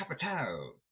capital